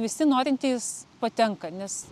visi norintys patenka nes